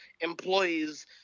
employees